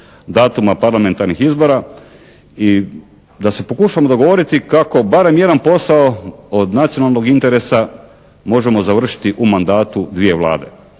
datuma parlamentarnih izbora i da se pokušamo dogovoriti kako barem jedan posao od nacionalnog interesa možemo završiti u mandatu dvije Vlade.